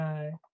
Bye